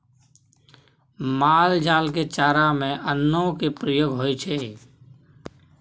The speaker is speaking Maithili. माल जाल के चारा में अन्नो के प्रयोग होइ छइ